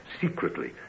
secretly